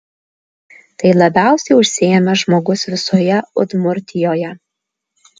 tai labiausiai užsiėmęs žmogus visoje udmurtijoje